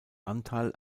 anteil